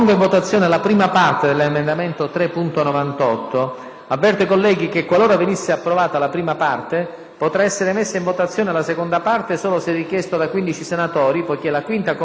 Avverto i colleghi che, qualora venisse approvata la prima parte, potrà essere messa in votazione la seconda parte solo se richiesto da 15 senatori, poiché la 5a Commissione permanente ha espresso parere contrario ai sensi dell'articolo 81